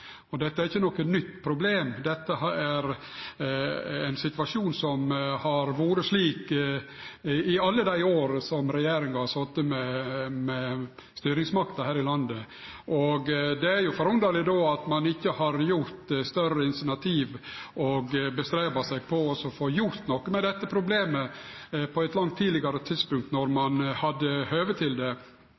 og dette er ikkje noko nytt problem. Dette er ein situasjon som har vore slik i alle dei åra som regjeringa har sete med styringsmakta her i landet. Det er jo forunderleg at ein ikkje har teke meir initiativ og lagt vinn på å få gjort noko med dette problemet på eit langt tidlegare tidspunkt, når ein har hatt høve til det.